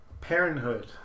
Parenthood